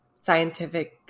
scientific